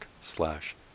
slash